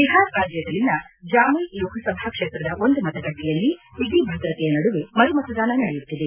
ಬಿಹಾರ್ ರಾಜ್ಯದಲ್ಲಿನ ಜಾಮುಯ್ ಲೋಕಸಭಾ ಕ್ಷೇತ್ರದ ಒಂದು ಮತಗಟ್ಟೆಯಲ್ಲಿ ಬಿಗಿ ಭದ್ರತೆಯ ನದುವೆ ಮರು ಮತದಾನ ನಡೆಯುತ್ತಿದೆ